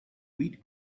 wheat